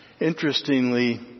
Interestingly